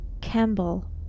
Campbell